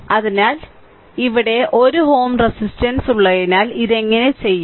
അതിനാൽ ഇവിടെ 1 Ω റെസിസ്റ്റൻസ് ഉള്ളതിനാൽ ഇത് എങ്ങനെ ചെയ്യാം